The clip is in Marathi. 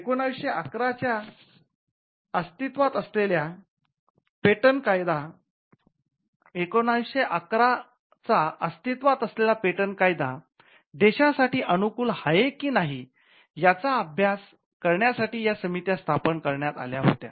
१९११ चा अस्तित्त्वात असलेला पेटंट कायदा देशासाठी अनुकूल आहे की नाही याचा अभ्यास करण्यासाठी या समित्या स्थापना करण्यात आल्या होत्या